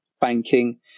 banking